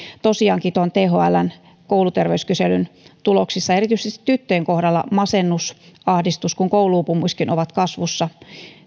tosiaankin thln kouluterveyskyselyn tuloksissa erityisesti tyttöjen kohdalla niin masennus ahdistus kuin koulu uupumuskin ovat kasvussa